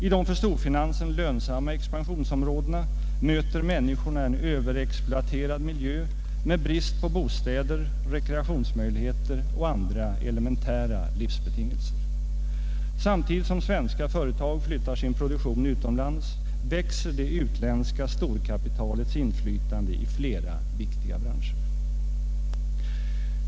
I de för storfinansen lönsamma expansionsområdena möter människorna en överexploaterad miljö med brist på bostäder, rekreationsmöjligheter och andra elementära livsbetingelser. Samtidigt som svenska företag flyttar sin produktion utomlands växer det utländska storkapitalets inflytande i flera viktiga branscher.